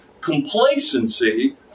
complacency